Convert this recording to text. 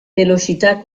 velocità